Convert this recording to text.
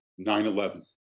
9-11